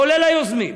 כולל היוזמים,